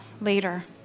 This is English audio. later